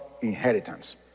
inheritance